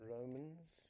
Romans